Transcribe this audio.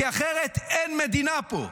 כי אחרת אין מדינה פה.